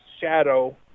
shadow